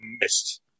missed